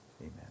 amen